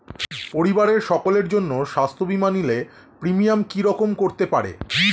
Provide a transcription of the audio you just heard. পরিবারের সকলের জন্য স্বাস্থ্য বীমা নিলে প্রিমিয়াম কি রকম করতে পারে?